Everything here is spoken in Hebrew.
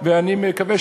לקופה